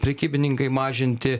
prekybininkai mažinti